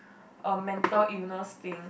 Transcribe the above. a mental illness thing